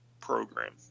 program